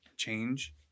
change